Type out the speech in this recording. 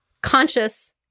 conscious